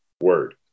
word